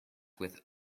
with